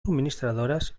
subministradores